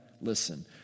Listen